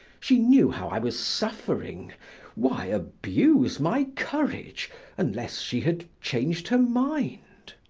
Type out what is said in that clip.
she knew how i was suffering why abuse my courage unless she had changed her mind?